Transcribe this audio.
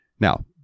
Now